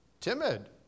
Timid